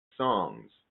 songs